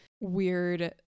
weird